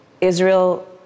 Israel